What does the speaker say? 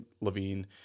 Levine